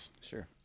Sure